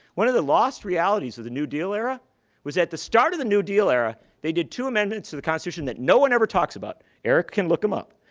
one of the lost realities of the new deal era was at the start of the new deal era, they did two amendments to the constitution that no one ever talks about. eric can look them up.